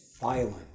violent